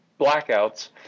blackouts